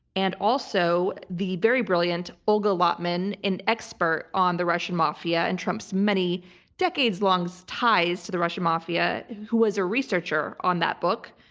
and also the very brilliant olga lotman, an expert on the russian mafia and trump's many decades-long so ties to the russian mafia, who is a researcher on that book.